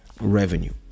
revenue